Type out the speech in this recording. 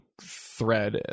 thread